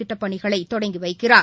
திட்டப்பணிகளைதொடங்கிவைக்கிறார்